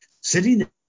Sitting